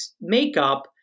makeup